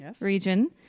region